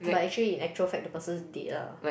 but actually in actual fact the person's dead lah